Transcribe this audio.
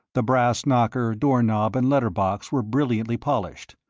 the brass knocker, door knob, and letter box were brilliantly polished,